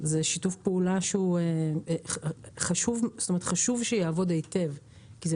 זה שיתוף פעולה שחשוב שיעבוד היטב כי זה